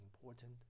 important